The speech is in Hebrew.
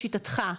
לשיטתך,